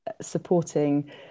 supporting